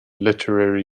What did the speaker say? literary